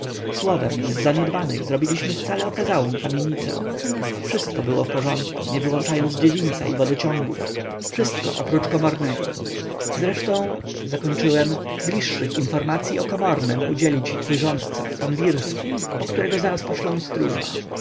z zaniedbanej zrobiliśmy wcale okazałą kamienicę wszystko było w porządku nie wyłączając dziedzińca i wodociągów wszystko oprócz komornego zresztą zakończyłem bliższych informacyi o komornem udzieli ci twój rządca pan wirski po którego zaraz poszlę stróża